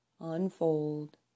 unfold